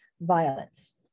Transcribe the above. violence